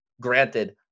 granted